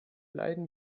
leiden